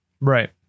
Right